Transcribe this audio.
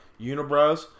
unibrows